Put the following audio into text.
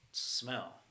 smell